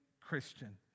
Christian